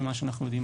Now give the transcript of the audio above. ממה שאנחנו יודעים,